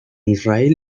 israel